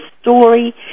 story